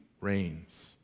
reigns